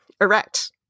erect